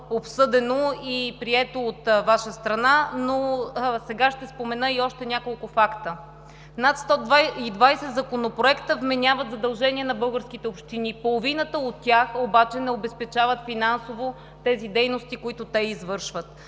обсъдено и прието от Ваша страна, но сега ще спомена и още няколко факта. Над 120 законопроекта вменяват задължение на българските общини. Половината от тях обаче не обезпечават финансово тези дейности, които те извършват,